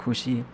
खुसी